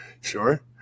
sure